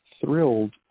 thrilled